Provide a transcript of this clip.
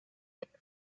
heute